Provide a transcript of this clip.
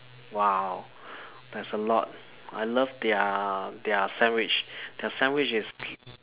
!wow! there's a lot I love their their sandwich their sandwich is